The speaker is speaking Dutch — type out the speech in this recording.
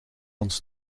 ons